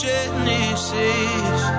Genesis